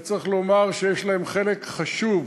וצריך לומר שיש להם חלק חשוב